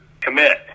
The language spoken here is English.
commit